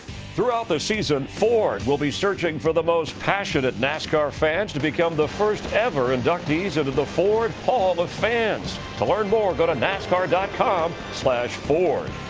throughout the season, ford will be searching for the most passionate nascar fans to become the first ever inductees into the the ford hall of fans. to learn more go to nascar com ford.